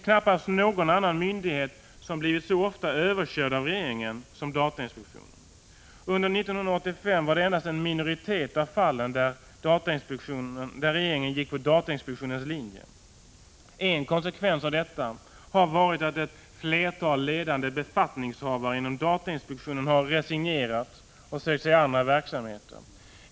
Knappast någon annan myndighet har så ofta blivit överkörd av regeringen som 39 datainspektionen. Under 1985 var det endast i en minoritet av fallen som regeringen gick på datainspektionens linje. En konsekvens av detta har varit att ett flertal ledande befattningshavare inom datainspektionen har resignerat och sökt sig andra verksamheter.